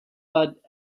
but